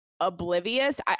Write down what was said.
oblivious